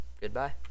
goodbye